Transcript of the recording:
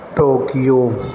Tokyo